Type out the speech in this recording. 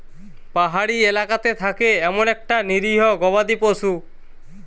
পাহাড়ি এলাকাতে থাকে এমন একটা নিরীহ গবাদি পশু